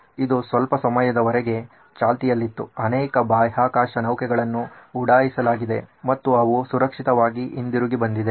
ಇದು ಸ್ವಲ್ಪ ಸಮಯದವರೆಗೆ ಚಾಲ್ತಿಯಲ್ಲಿತ್ತು ಅನೇಕ ಬಾಹ್ಯಾಕಾಶ ನೌಕೆಗಳನ್ನು ಉಡಾಯಿಸಲಾಗಿದೆ ಮತ್ತು ಅವು ಸುರಕ್ಷಿತವಾಗಿ ಹಿಂದಿರುಗಿ ಬಂದಿವೆ